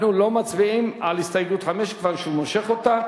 אנחנו לא מצביעים על הסתייגות 5 כיוון שהוא מושך אותה.